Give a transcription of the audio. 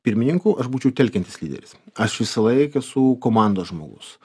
pirmininku aš būčiau telkiantis lyderis aš visąlaik esu komandos žmogus